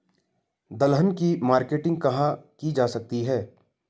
दलहन की मार्केटिंग कहाँ की जा सकती है?